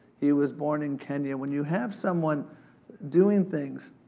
he was born in kenya. when you have someone doing things,